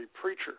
preacher